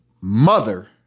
mother